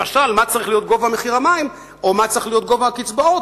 למשל מה צריך להיות גובה מחיר המים או מה צריך להיות גובה הקצבאות,